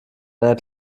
einer